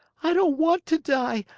i don't want to die!